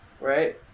right